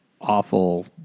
awful